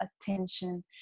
attention